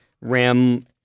RAM